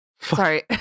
Sorry